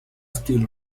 still